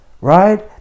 right